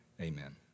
amen